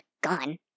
gone